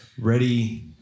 ready